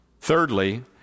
Thirdly